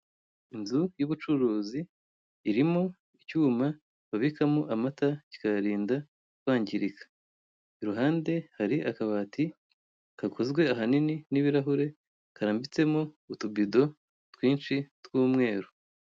Inzu y'ubucuruzi irimo icyuma babikamo amata kikayarinda kwangirika, iruhande hari akabati gakozwe ahanini n'ibirahure karambitsemo utubido twinshi tw'umweru.